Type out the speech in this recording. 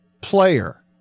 player